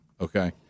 Okay